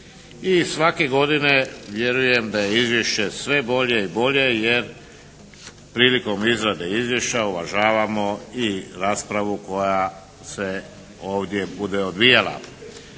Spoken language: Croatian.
svake godine vjerujem da je izvješće sve bolje i bolje jer prilikom izrade izvješća uvažavamo i raspravu koja se ovdje bude odvijala.